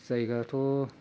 जायगाथ'